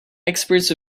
experts